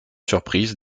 surprise